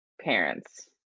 parents